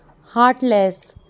Heartless